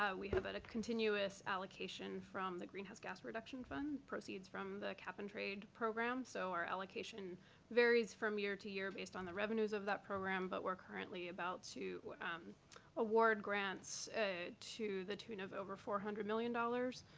ah we have a continuous allocation from the greenhouse gas reduction fund, the proceeds from the cap and trade program. so our allocation varies from year to year based on the revenues of that program. but we're currently about to award grants to the tune of over four hundred million dollars.